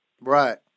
Right